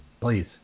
please